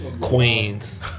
Queens